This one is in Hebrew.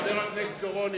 חבר הכנסת אורון,